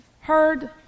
heard